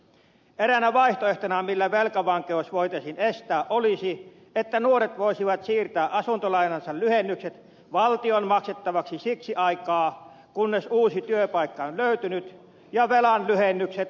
eräänä vaihtoehtona millä velkavankeus voitaisiin estää olisi että nuoret voisivat siirtää asuntolainansa lyhennykset valtion maksettavaksi siksi aikaa kunnes uusi työpaikka on löytynyt ja velan lyhennykset onnistuvat jälleen